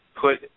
put